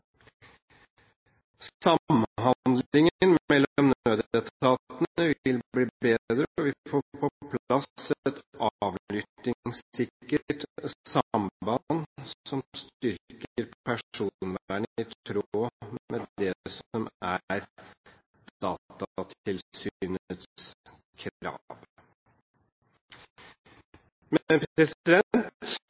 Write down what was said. bli bedre, og vi får på plass et avlyttingssikkert samband som styrker personvernet i tråd med det som er Datatilsynets